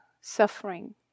suffering